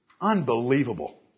unbelievable